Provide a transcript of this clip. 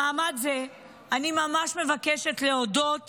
במעמד זה אני ממש מבקשת להודות